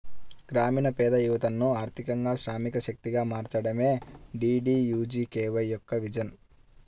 గ్రామీణ పేద యువతను ఆర్థికంగా శ్రామిక శక్తిగా మార్చడమే డీడీయూజీకేవై యొక్క విజన్